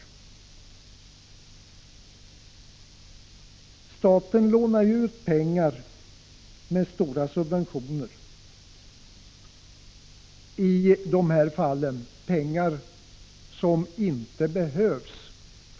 I sådana här fall lånar ju staten — med stora subventioner — också ut pengar som fastighetsägare inte behöver.